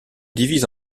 divise